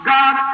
God